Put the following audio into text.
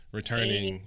returning